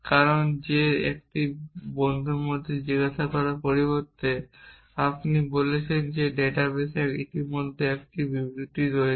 কারণ যে কিভাবে একটি বন্ধুর মধ্যে জিজ্ঞাসা করার পরিবর্তে আপনি বলছেন যে আমার ডাটাবেসে ইতিমধ্যে একটি বিবৃতি আছে